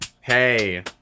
hey